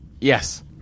Yes